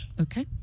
Okay